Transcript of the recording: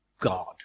God